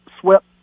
swept